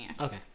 Okay